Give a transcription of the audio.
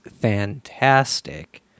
fantastic